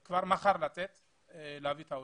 לצאת כבר מחר ולהביא את העולים.